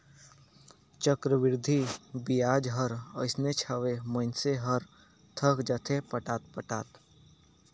चक्रबृद्धि बियाज हर अइसनेच हवे, मइनसे हर थक जाथे पटात पटात